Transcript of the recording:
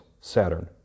Saturn